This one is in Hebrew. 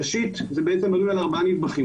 זה בעצם בנוי על ארבעה נדבכים.